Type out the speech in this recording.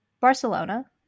Barcelona